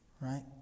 Right